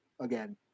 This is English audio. again